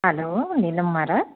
हलो Neelam महाराज